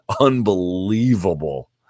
unbelievable